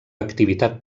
activitat